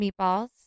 meatballs